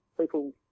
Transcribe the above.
people